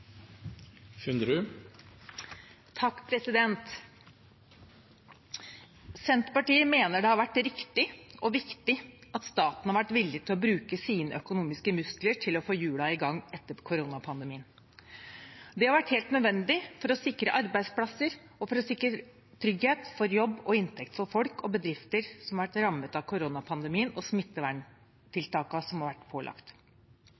Senterpartiet mener det har vært riktig og viktig at staten har vært villig til å bruke sine økonomiske muskler til å få hjulene i gang etter koronapandemien. Det har vært helt nødvendig for å sikre arbeidsplasser, og for å sikre trygghet for jobb og inntekt for folk og bedrifter som har vært rammet av koronapandemien og smitteverntiltakene som har vært pålagt.